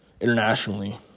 internationally